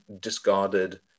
discarded